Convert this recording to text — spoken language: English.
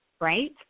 right